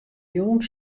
jûn